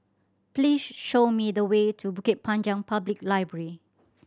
please show me the way to Bukit Panjang Public Library